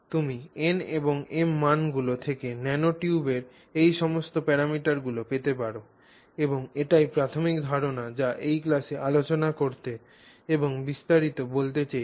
তুমি n এবং m মানগুলি থেকে ন্যানোটিউবের এই সমস্ত প্যরামিটারগুলি পেতে পার এবং এটিই প্রাথমিক ধারণা যা এই ক্লাসে আলোচনা করতে এবং বিস্তারিত বলতে চেয়েছি